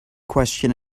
question